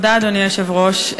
אדוני היושב-ראש,